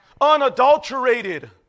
Unadulterated